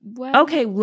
Okay